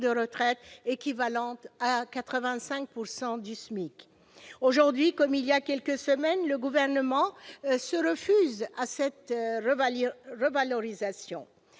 de retraite équivalente à 85 % du SMIC. Aujourd'hui, comme il y a quelques semaines, le Gouvernement se refuse à cette revalorisation.